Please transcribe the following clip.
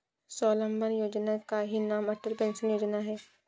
स्वावलंबन योजना का ही नाम अटल पेंशन योजना है